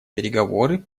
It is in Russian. переговоры